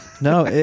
no